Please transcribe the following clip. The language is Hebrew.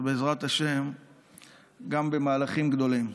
ובעזרת השם גם במהלכים גדולים.